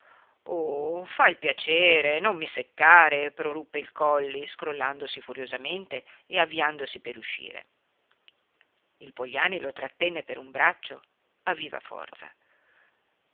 oh fa il piacere non mi seccare proruppe il colli scrollandosi furiosamente e avviandosi per uscire il pogliani lo trattenne per un braccio a viva forza